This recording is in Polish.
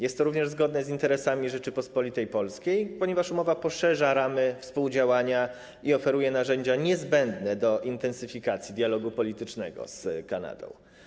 Jest to również zgodne z interesami Rzeczypospolitej Polskiej, ponieważ umowa poszerza ramy współdziałania i oferuje narzędzia niezbędne do intensyfikacji dialogu politycznego z Kanadą.